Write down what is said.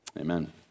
Amen